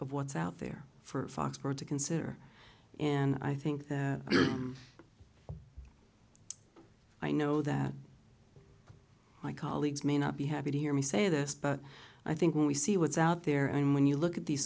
of what's out there for foxworth to consider and i think that i know that my colleagues may not be happy to hear me say this but i think when we see what's out there and when you look at these